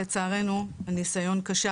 לצערנו הניסיון כשל,